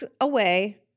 away